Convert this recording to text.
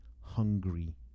hungry